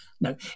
No